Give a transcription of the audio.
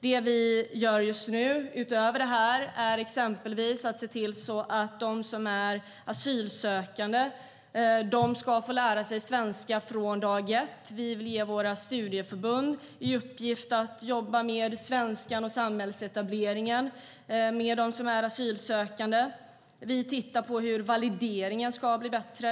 Det vi gör just nu, utöver detta, är exempelvis att se till att asylsökande ska få lära sig svenska från dag ett. Vi vill ge våra studieförbund i uppgift att jobba mer med svenskan och samhällsetableringen för asylsökande. Vi tittar på hur valideringen ska bli bättre.